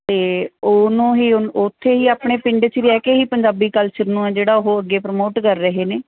ਅਤੇ ਉਹਨੂੰ ਹੀ ਉੱਥੇ ਹੀ ਆਪਣੇ ਪਿੰਡ 'ਚ ਰਹਿ ਕੇ ਹੀ ਪੰਜਾਬੀ ਕਲਚਰ ਨੂੰ ਆ ਜਿਹੜਾ ਉਹ ਅੱਗੇ ਪ੍ਰਮੋਟ ਕਰ ਰਹੇ ਨੇ